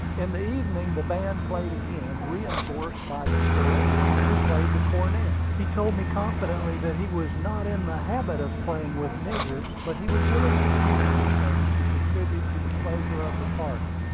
in the evening the band played again, reinforced by the floridian, who played the cornet. he told me confidentially that he was not in the habit of playing with niggers, but he was willing to do anything to contribute to the pleasure of the party.